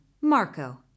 Marco